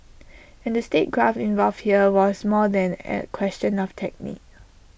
and the statecraft involved here was more than A question of technique